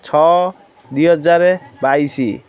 ଛଅ ଦୁଇ ହଜାର ବାଇଶ